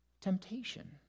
temptation